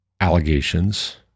allegations